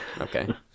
okay